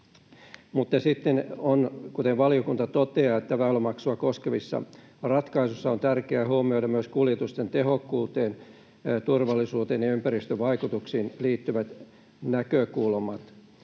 Mutta kuten valiokunta toteaa, väylämaksua koskevissa ratkaisuissa on tärkeää huomioida myös kuljetusten tehokkuuteen, turvallisuuteen ja ympäristövaikutuksiin liittyvät näkökulmat.